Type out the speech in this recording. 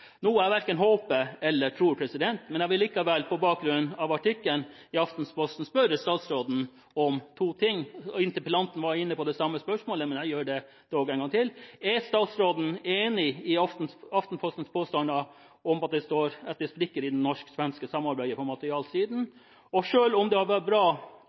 verken håper eller tror, men jeg vil likevel – på bakgrunn av artikkelen i Aftenposten – spørre statsråden om to ting. Interpellanten var inne på det samme spørsmålet, men jeg spør likevel: Er statsråden enig i Aftenpostens påstander om at det er sprekker i det norsk-svenske samarbeidet på materialsiden? Og: Selv om det hadde vært bra